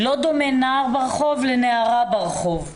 לא דומה נער ברחוב לנערה ברחוב.